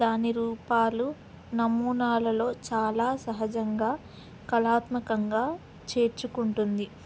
దాని రూపాలు నమూనాలలో చాలా సహజంగా కళాత్మకంగా చేర్చుకుంటుంది